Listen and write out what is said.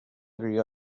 agree